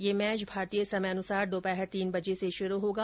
ये मैच भारतीय समयानुसार दोपहर तीन बजे से होगा